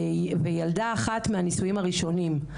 וילדה אחת מהנישואים הראשונים,